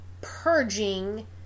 purging